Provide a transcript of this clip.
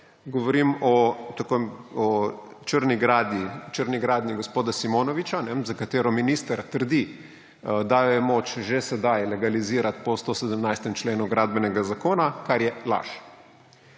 Govorim o črni gradnji gospoda Simonoviča, za katero minister trdi, da jo je moč že sedaj legalizirati po 117. členu Gradbenega zakona, kar je laž.